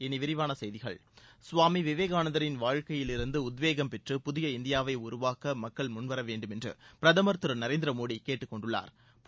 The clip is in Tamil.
இனி விரிவான செய்திகள் சுவாமி விவேகானந்தரின் வாழ்க்கையிலிருந்து உத்வேகம் பெற்று புதிய இந்தியாவை உருவாக்க மக்கள் முன்வர வேண்டுமென்று பிரதமா் திரு நரேந்திர மோடி கேட்டுக்கொண்டுள்ளாா்